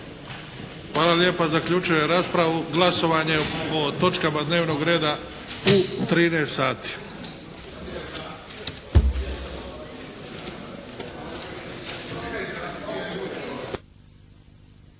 Hvala lijepa. Zaključujem raspravu. Glasovanje po točkama dnevnog reda u 13